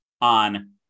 on